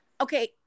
Okay